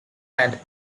and